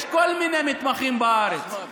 יש כל מיני מתמחים בארץ.